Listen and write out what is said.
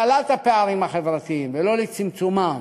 לצערי, להגדלת הפערים החברתיים, ולא לצמצומם.